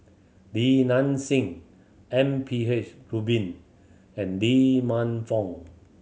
Li Nanxing M P H Rubin and Lee Man Fong